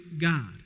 God